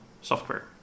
software